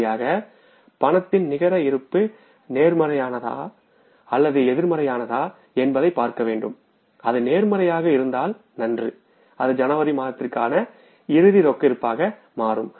இறுதியாக ரொக்கதின் நிகர இருப்பு நேர்மறையானதா அல்லது எதிர்மறையானதா என்பதைப் பார்க்க வேண்டும் அது நேர்மறையாக இருந்தால் நன்று அது ஜனவரி மாதத்திற்கான இறுதி ரொக்க இருப்பாக மாறும்